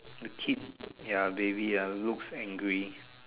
the kid ya baby ya looks angry